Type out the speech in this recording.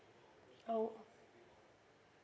oh